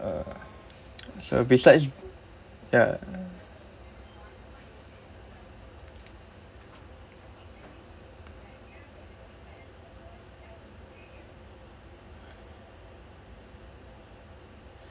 uh so besides ya